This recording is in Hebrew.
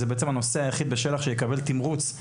זהו הנושא היחיד בשל"ח שיקבל תמרוץ;